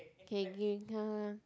K give me come come come